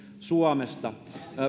suomesta